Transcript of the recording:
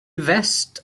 vest